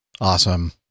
Awesome